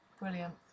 Brilliant